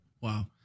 wow